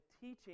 teaching